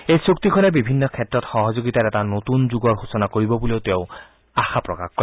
এই চুক্তিখনে বিভিন্ন ক্ষেত্ৰত সহযোগিতাৰ এটা নতুন যুগৰ সুচনা কৰিব বুলিও তেওঁ আশা প্ৰকাশ কৰে